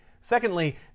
Secondly